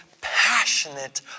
passionate